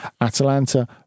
Atalanta